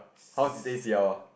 how ah